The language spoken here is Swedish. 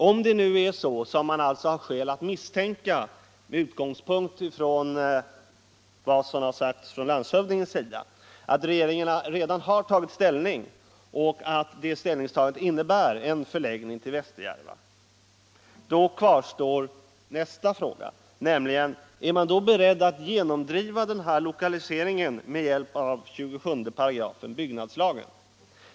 Om det är så som man har skäl att misstänka — med utgångspunkt i vad landshövdingen sagt — att regeringen redan har tagit ställning och att detta ställningstagande innebär en förläggning till Västerjärva, då 1 kvarstår nästa fråga: Är man beredd att genomdriva denna lokalisering med hjälp av 27 § byggnadslagen?